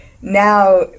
now